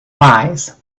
wise